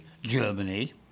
Germany